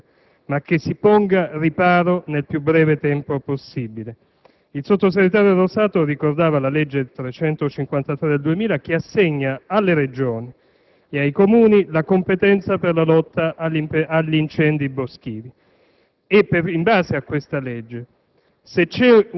le quali esigono non che ci si divida ma che si ponga riparo nel più breve tempo possibile. Il Sottosegretario di Stato ricordava la legge n. 353 del 2000, che assegna alle Regioni e ai Comuni la competenza per la lotta agli incendi boschivi.